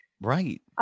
Right